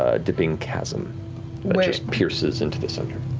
ah dipping chasm pierces into the center.